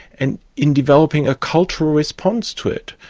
and in developing a cultural response to it.